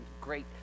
great